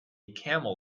camel